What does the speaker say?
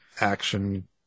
action